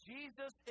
Jesus